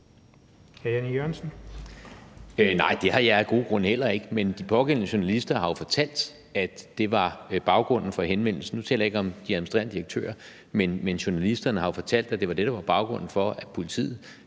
E. Jørgensen (V): Nej, det har jeg af gode grunde heller ikke, men de pågældende journalister har fortalt, at det var baggrunden for henvendelsen, og nu taler jeg ikke om de administrerende direktører. Men journalisterne har jo fortalt, at baggrunden for, at politiet